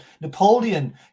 Napoleon